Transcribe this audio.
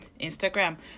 instagram